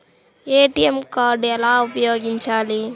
ATM card ఎలా ఉపయోగించాలి?